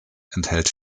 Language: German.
enthält